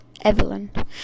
Evelyn